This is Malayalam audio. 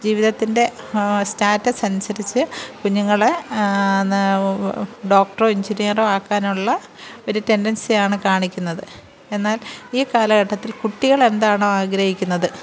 ജീവിതത്തിന്റെ സ്റ്റാറ്റസ് അനുസരിച്ചു കുഞ്ഞുങ്ങളെ ഡോക്ടറോ എഞ്ചിനിയറോ ആക്കാനുള്ള ഒരു ടെൻ്റന്സിയാണ് കാണിക്കുന്നത് എന്നാല് ഈ കാലഘട്ടത്തില് കുട്ടികൾ എന്താണോ ആഗ്രഹിക്കുന്നത്